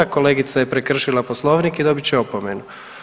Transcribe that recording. Kolegica je prekršila Poslovnik i dobit će opomenu.